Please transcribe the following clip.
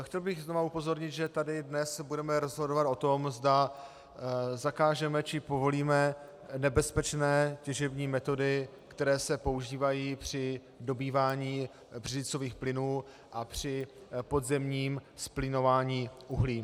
Chtěl bych znovu upozornit, že tady dnes budeme rozhodovat o tom, zda zakážeme, či povolíme nebezpečné těžební metody, které se používají při dobývání břidlicových plynů a při podzemním zplyňování uhlí.